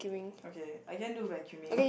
okay I can do vacuuming